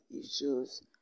issues